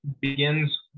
begins